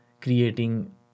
creating